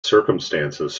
circumstances